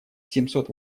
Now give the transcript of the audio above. семьсот